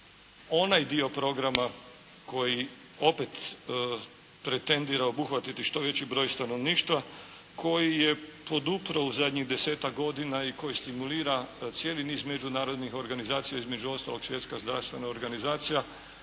onaj dio programa koji opet pretendira obuhvatiti što veći broj stanovništva, koji je podupro u zadnjih desetak godina i koji stimulira cijeli niz međunarodnih organizacija, između ostalog Svjetska zdravstvena organizacija,